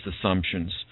assumptions